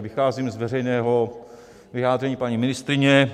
Vycházím z veřejného vyjádření paní ministryně.